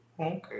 Okay